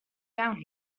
down